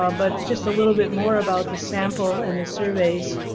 ah but just a little bit more about the sample and the surveys.